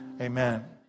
Amen